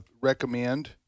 recommend